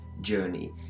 journey